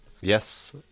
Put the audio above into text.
Yes